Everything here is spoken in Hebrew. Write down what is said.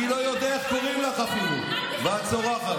אני לא יודע איך קוראים לך אפילו, ואת צורחת.